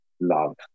love